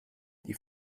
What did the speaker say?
die